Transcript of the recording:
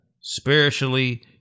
spiritually